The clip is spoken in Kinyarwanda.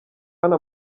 hano